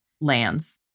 lands